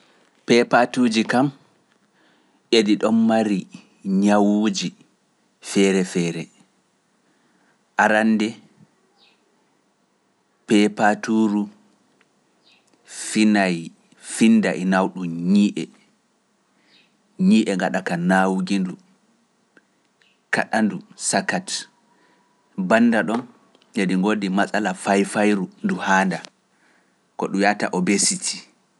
Peepatuuji kam eɗi ɗon mari ñawuuji feere feere. Arannde peepatuuji finaay finnda e nawɗun ñii’e, ñii’e ngaɗa ka nawuki ndu, kaɗandu sakat. bannda ɗon eɗi ngoodi masala fayfayru ndu haanda ko ɗum wiyata Obesity.